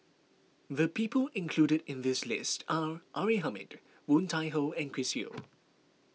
the people included in this list are R A Hamid Woon Tai Ho and Chris Yeo